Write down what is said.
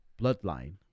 Bloodline